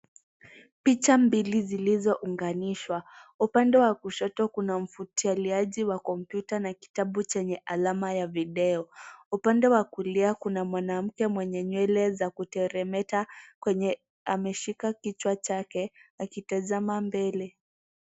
Picha mbili zilizounganishwa upande wa kushoto kuna mfutaliaji wa kompyuta na kitabu cha alama ya video . Upande wa kulia kuna mwanamke mwenye nywele za kuteremeta ameshika kichwa chake akitazama mbele.